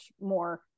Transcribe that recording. more